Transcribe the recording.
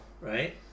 right